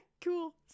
cool